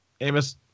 Amos